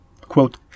Quote